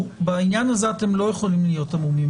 בעניין הזה אתם לא יכולים להיות עמומים,